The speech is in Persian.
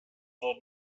زود